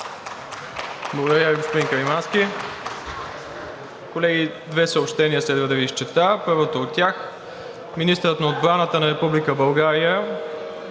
Благодаря Ви, господин Каримански. Колеги, две съобщения следва да Ви изчета. Първото от тях. Министърът на отбраната на Република